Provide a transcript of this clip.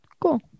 Cool